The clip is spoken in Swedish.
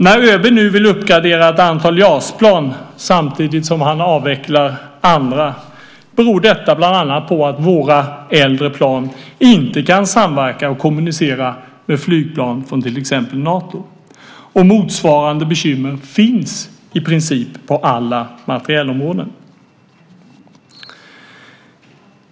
När ÖB nu vill uppgradera ett antal JAS-plan samtidigt som han avvecklar andra beror det bland annat på att våra äldre plan inte kan samverka och kommunicera med flygplan från till exempel Nato. Motsvarande bekymmer finns i princip på alla materielområden.